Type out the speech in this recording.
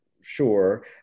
sure